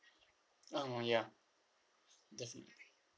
oh ya definitely